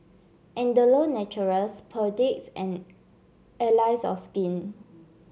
Andalou Naturals Perdix and Allies of Skin